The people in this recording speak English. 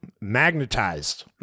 magnetized